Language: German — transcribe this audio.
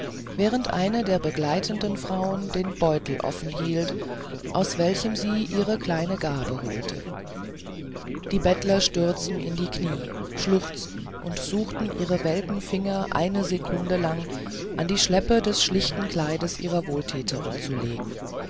wahrend eine der begleitenden frauen den beutel offen hielt aus welchem sie ihre kleinen gaben holte die bettler stürzten in die knie schluchzten und suchten ihre welken finger eine sekunde lang an die schleppe des schlichten kleides ihrer wohltäterin zu legen